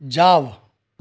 જાવ